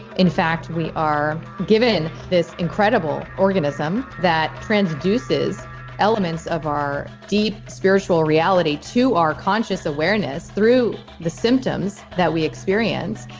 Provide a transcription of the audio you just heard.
in fact, we are given this incredible organism that transduces elements of our deep spiritual reality to our conscious awareness through the symptoms that we experience,